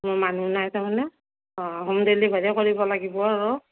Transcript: মোৰ মানুহ নাই তাৰমানে অ' হোম ডেলিভাৰীয়ে কৰিব লাগিব আৰু